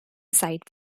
site